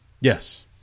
Yes